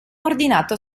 ordinato